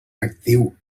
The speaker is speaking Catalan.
actiu